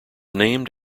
named